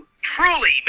truly